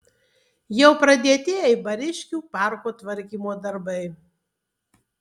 jau pradėti eibariškių parko tvarkymo darbai